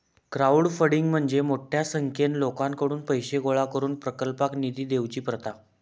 crowdfunding म्हणजे मोठ्या संख्येन लोकांकडुन पैशे गोळा करून प्रकल्पाक निधी देवची प्रथा